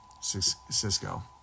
Cisco